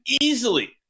easily